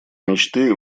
мечты